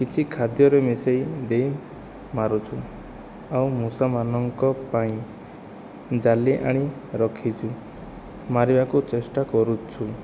କିଛି ଖାଦ୍ୟରେ ମିଶେଇ ଦେଇ ମାରୁଛୁ ଆଉ ମୂଷାମାନଙ୍କ ପାଇଁ ଜାଲି ଆଣି ରଖିଛୁ ମାରିବାକୁ ଚେଷ୍ଟା କରୁଛୁ